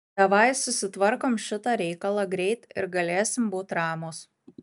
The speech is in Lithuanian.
davai susitvarkom šitą reikalą greit ir galėsim būt ramūs